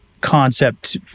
concept